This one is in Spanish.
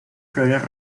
flores